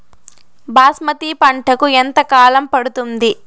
బాస్మతి పంటకు ఎంత కాలం పడుతుంది?